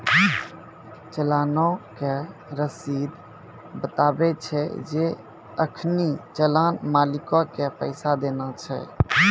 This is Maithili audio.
चलानो के रशीद बताबै छै जे अखनि चलान मालिको के पैसा देना छै